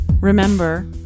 Remember